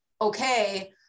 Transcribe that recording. okay